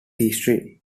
history